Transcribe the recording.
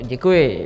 Děkuji.